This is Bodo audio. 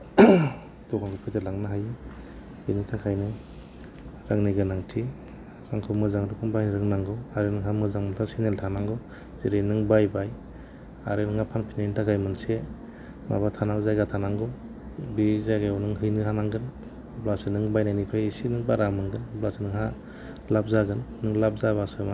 दखानखौ फेदेरलांनो हायो बेनि थाखायनो रांनि गोनांथि रांखौ मोजां रोखोमै बाहायनो रोंनांगौ आरो नोंहा मोजांथार सेनेल थानांगौ जेरै नों बायबाय आरो नोंहा फानफिननायनि थाखाय मोनसे माबा थानां जायगा थानांगौ बे जायगायाव नों हैनो हानांगोन अब्लासो नों बायनायनिफ्राय एसे नों बारा मोनगोन होनब्लासो नोंहा लाफ जागोन लाफ जाबासो मानि